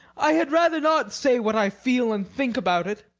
i had rather not say what i feel and think about it.